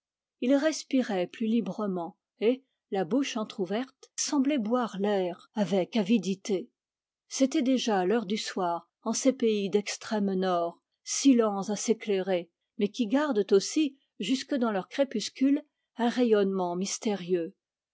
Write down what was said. il respirait plus librement et la bouche entr'ouverte semblait boire l'air avec avidité c'était déjà l'heure du soir en ces pays d'extrême nord si lents à s'éclairer mais qui gardent aussi jusque dans leurs crépuscules un rayonnement mystérieux